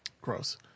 Gross